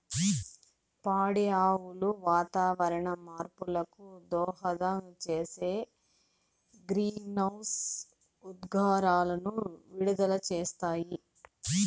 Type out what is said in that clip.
పాడి ఆవులు వాతావరణ మార్పులకు దోహదం చేసే గ్రీన్హౌస్ ఉద్గారాలను విడుదల చేస్తాయి